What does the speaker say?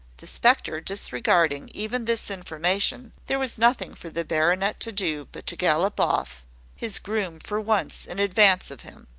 the spectre disregarding even this information, there was nothing for the baronet to do but to gallop off his groom for once in advance of him.